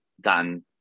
done